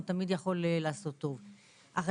יכול לעשות טוב.